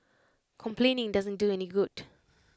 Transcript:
complaining doesn't do any good